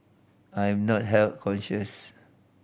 I am not health conscious